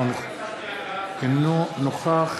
אינו נוכח